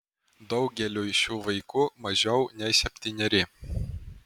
daugeliui šių vaikų mažiau nei septyneri